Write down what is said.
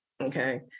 Okay